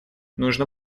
нужно